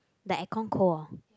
the aircon cold hor